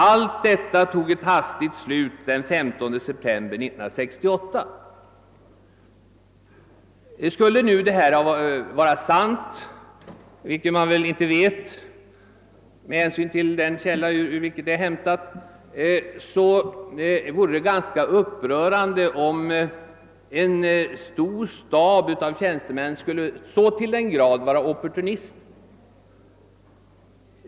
Allt detta tog ett hastigt slut den 15 september 1968.» Skulle nu detta vara sant, som man väl inte vet med tanke på den källa ur vilken det är hämtat, vore det ganska upprörande. Då skulle en stor stab av tjänstemän i hög grad vara opportunister.